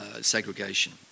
segregation